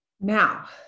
Now